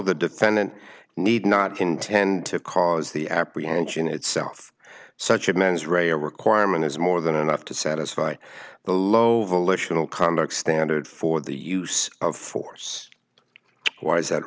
the defendant need not intend to cause the apprehension itself such as mens rea a requirement is more than enough to satisfy the low volitional conduct standard for the use of force why is that